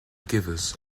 givers